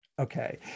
Okay